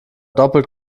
doppelt